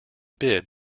bid